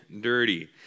dirty